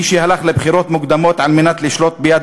מי שהלך לבחירות מוקדמות כדי לשלוט ביד